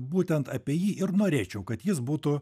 būtent apie jį ir norėčiau kad jis būtų